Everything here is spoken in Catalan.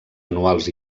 anuals